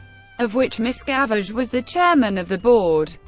of which miscavige was the chairman of the board.